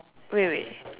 wait wait